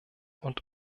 und